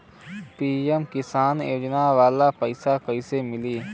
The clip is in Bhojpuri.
पी.एम किसान योजना वाला पैसा कईसे मिली?